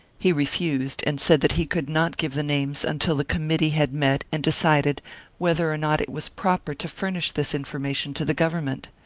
he refused, and said that he could not give the names until the committee had met and decided whether or not it was proper to furnish this information to the government.